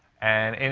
and, and